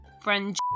friend